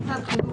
"מוסד חינוך",